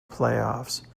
playoffs